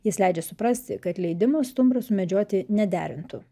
jis leidžia suprasti kad leidimo stumbrą sumedžioti nederintų